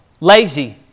lazy